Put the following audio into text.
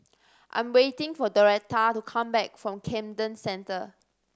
I'm waiting for Doretta to come back from Camden Centre